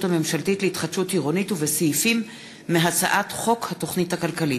הממשלתית להתחדשות עירונית ובסעיפים מהצעת חוק התוכנית הכלכלית,